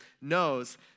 knows